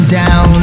down